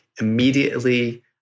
immediately